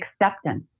acceptance